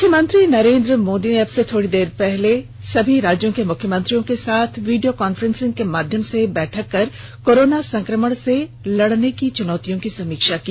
प्रधानमंत्री नरेन्द्र मोदी अब से थोड़ी देर पहले सभी राज्यों के मुख्यमंत्रियों के साथ वीडियो कांफ्रेसिंग के माध्यम से बैठक कर कोरोना संकमण से लडने की तैयारियों की समीक्षा की